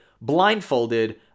blindfolded